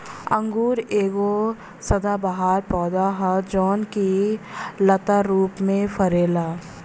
अंगूर एगो सदाबहार पौधा ह जवन की लता रूप में फरेला